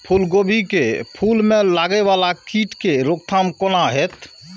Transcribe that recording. फुल गोभी के फुल में लागे वाला कीट के रोकथाम कौना हैत?